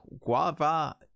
Guava